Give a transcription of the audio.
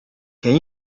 can